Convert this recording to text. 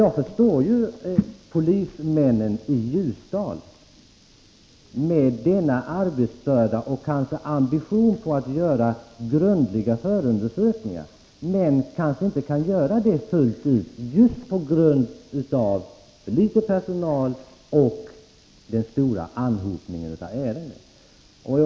Jag förstår att polismännen i Ljusdal med denna arbetsbörda, och kanske med en ambition att göra grundliga förundersökningar, inte helt kan klara problemen — just på grund av för litet personal och den stora anhopningen av ärenden.